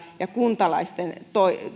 ja kuntalaisten